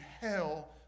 hell